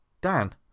Dan